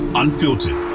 unfiltered